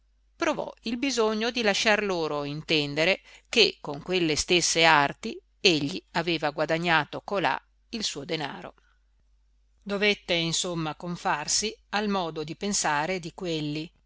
provò il bisogno di lasciar loro intendere che con quelle stesse arti egli aveva guadagnato colà il suo danaro dovette insomma confarsi al modo di pensare di quelli